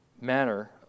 manner